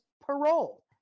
parole